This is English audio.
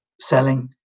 selling